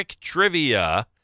trivia